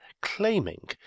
claiming